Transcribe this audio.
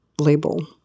label